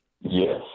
Yes